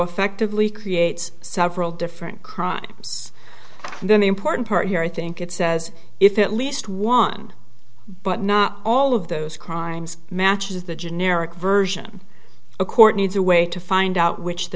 effectively creates several different crimes then the important part here i think it says if at least one but not all of those crimes matches the generic version a court needs a way to find out which the